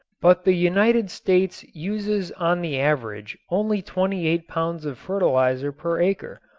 but the united states uses on the average only twenty eight pounds of fertilizer per acre,